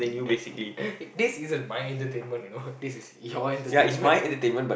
this isn't my entertainment you know this is your entertainment